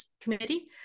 committee